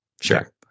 Sure